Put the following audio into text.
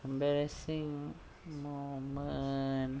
embarrassing moment